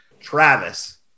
Travis